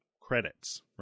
credits